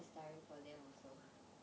cause it's tiring for them also